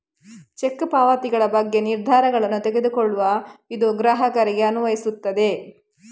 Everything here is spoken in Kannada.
ಚೆಕ್ ಪಾವತಿಗಳ ಬಗ್ಗೆ ನಿರ್ಧಾರಗಳನ್ನು ತೆಗೆದುಕೊಳ್ಳಲು ಇದು ಗ್ರಾಹಕರಿಗೆ ಅನುಮತಿಸುತ್ತದೆ